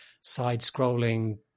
side-scrolling